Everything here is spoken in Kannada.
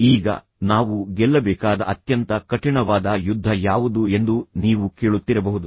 ಈಗ ನಾವು ಗೆಲ್ಲಬೇಕಾದ ಅತ್ಯಂತ ಕಠಿಣವಾದ ಯುದ್ಧ ಯಾವುದು ಎಂದು ನೀವು ಕೇಳುತ್ತಿರಬಹುದು